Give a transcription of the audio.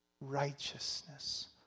righteousness